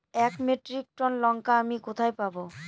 এক metric ton লঙ্কা আমি কোথায় পাবো?